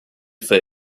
for